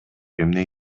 эмне